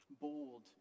bold